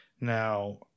Now